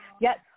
Yes